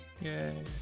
Yay